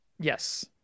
Yes